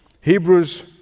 Hebrews